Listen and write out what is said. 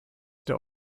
der